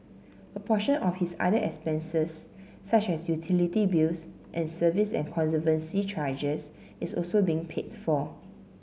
a portion of his other expenses such as utility bills and service and conservancy charges is also being paid for